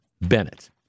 Bennett